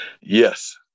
yes